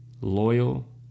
loyal